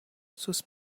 sus